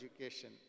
education